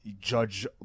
judge